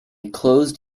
closed